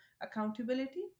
accountability